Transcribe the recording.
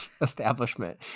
establishment